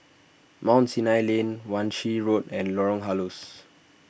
Mount Sinai Lane Wan Shih Road and Lorong Halus